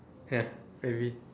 ya maybe